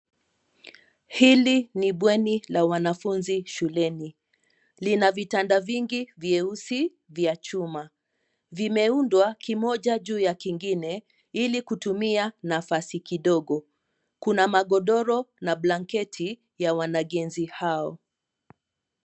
Hili ni bweni la wanafunzi shuleni. Lina vitanda vingi vyeusi vya chuma. Vimeundwa kimoja juu ya kingine ili kutumia nafasi kidogo. Kuna magodoro na blanketi ya wanagenzi hao.